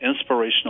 inspirational